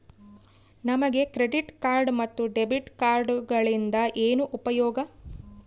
ನಮಗೆ credit card ಮತ್ತು debit ಕಾರ್ಡುಗಳಿಂದ ಏನು ಉಪಯೋಗ?